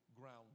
ground